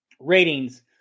ratings